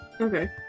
Okay